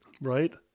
Right